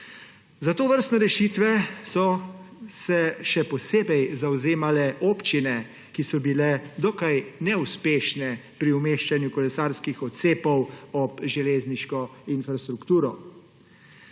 Za tovrstne rešitve so se še posebej zavzemale občine, ki so bile dokaj neuspešne pri umeščanju kolesarskih odcepov ob železniško infrastrukturo.